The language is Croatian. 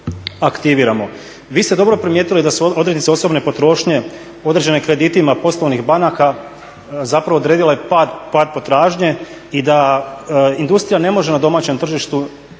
aktiviramo. Vi ste dobro primijetili da su odrednice osobne potrošnje određene kreditima poslovnih banaka zapravo odredile pad potražnje i da industrija ne može na domaćem tržištu